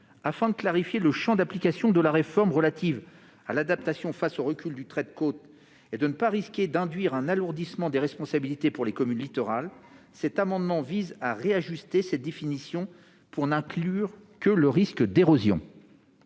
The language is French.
Afin de clarifier le champ d'application de la réforme relative à l'adaptation face au recul du trait de côte et de ne pas risquer d'alourdir les responsabilités pesant sur les communes littorales, cet amendement tend à réajuster cette définition en ne visant que le risque d'érosion.